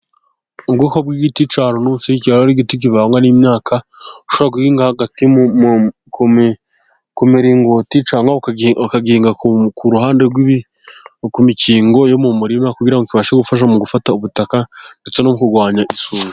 Ubwoko bw'igiti cya runusi kikaba ari igiti kivangwa n'imyaka ushobora guhinga hagati ku miringoti, cyangwa ukagihinga ku ruhande ku mikingo yo mu murima kugira ngo kibashe gufasha mu gufata ubutaka, ndetse no kurwanya isuri.